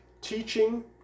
teaching